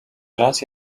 raz